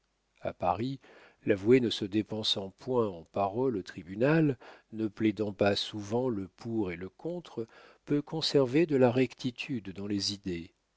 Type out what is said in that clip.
a paris l'avoué ne se dépensant point en paroles au tribunal ne plaidant pas souvent le pour et le contre peut conserver de la rectitude dans les idées